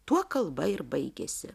tuo kalba ir baigėsi